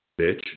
bitch